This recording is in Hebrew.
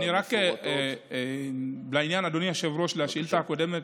רק לעניין השאילתה הקודמת,